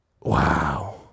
Wow